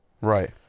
right